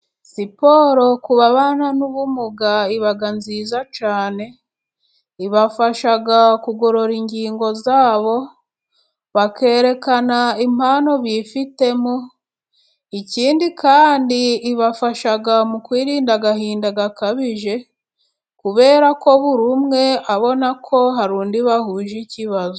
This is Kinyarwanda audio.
Siporo ku babana n'ubumuga, iba nziza cyane, ibafasha kugorora ingingo zabo, bakerekana impano bifitemo, ikindi kandi ibafasha mu kwirinda agahinda gakabije, kubera ko buri umwe, abona ko hari undi bahuje ikibazo.